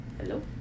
Hello